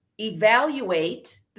evaluate